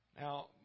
Now